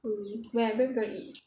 err where where we gonna eat